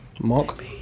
Mark